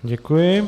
Děkuji.